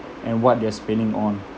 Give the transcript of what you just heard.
and what they're spending on